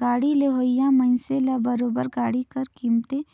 गाड़ी लेहोइया मइनसे ल बरोबेर गाड़ी कर कीमेत